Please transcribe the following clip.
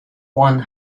one